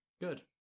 Good